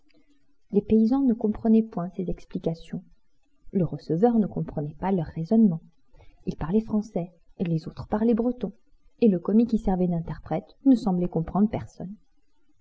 les paysans ne comprenaient point ses explications le receveur ne comprenait pas leurs raisonnements il parlait français les autres parlaient breton et le commis qui servait d'interprète ne semblait comprendre personne